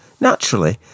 Naturally